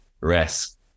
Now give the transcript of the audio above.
rest